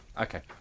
Okay